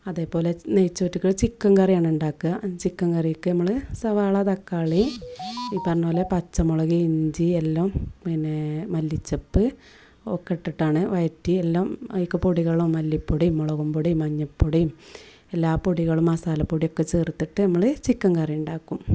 അതേപോലെ നെയ്ച്ചോറ്റുക്ക് ചിക്കന് കറിയാണുണ്ടാക്കുക ചിക്കന് കറിയൊക്കെ നമ്മൾ സവാള തക്കാളി ഈ പറഞ്ഞതു പോലെ പച്ചമുളക് ഇഞ്ചിയെല്ലാം പിന്നെ മല്ലിച്ചെപ്പ് ഒക്കെയിട്ടിട്ടാണ് വയറ്റിയെല്ലാം ഒക്കെ പൊടികളോ മല്ലിപ്പൊടി മുളകുംപൊടി മഞ്ഞപ്പൊടിയും എല്ലാ പൊടികളും മസാലപ്പൊടിയൊക്കെ ചേര്ത്തിട്ട് നമ്മൾ ചിക്കന് കറിയുണ്ടാക്കും